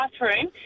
bathroom